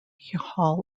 hall